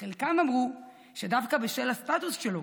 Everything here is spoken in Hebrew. חלקם אמרו שדווקא בשל הסטטוס שלו,